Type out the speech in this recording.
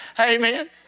Amen